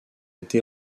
été